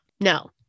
No